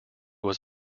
was